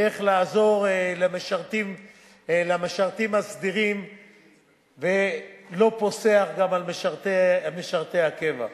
ואיך לעזור למשרתים הסדירים ולא פוסח גם על משרתי הקבע.